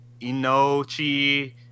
Inochi